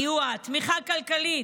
תמיכה כלכלית,